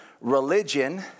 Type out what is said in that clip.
religion